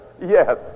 Yes